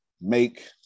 make